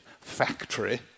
factory